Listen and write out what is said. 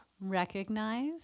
recognize